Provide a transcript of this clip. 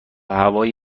هوای